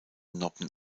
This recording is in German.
noppen